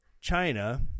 China